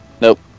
Nope